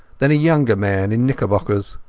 then a younger man in knickerbockers.